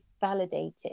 validated